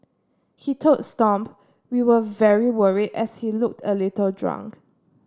he told Stomp we were very worried as he looked a little drunk